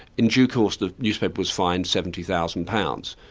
in due course the newspaper was fined seventy thousand pounds.